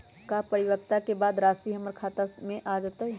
का परिपक्वता के बाद राशि हमर खाता में आ जतई?